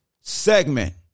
segment